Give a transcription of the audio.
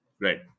Right